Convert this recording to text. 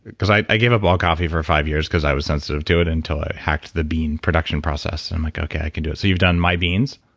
i i gave up all coffee for five years because i was sensitive to it until i hacked the bean production process. i'm like, okay, i can do it. you've done my beans?